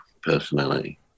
personality